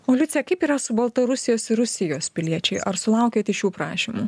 o liucija kaip yra su baltarusijos ir rusijos piliečiai ar sulaukiat iš jų prašymų